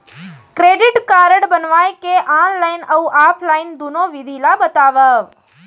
Credit card बनवाए के online अऊ ऑफलाइन दुनो विधि ला बतावव?